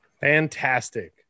Fantastic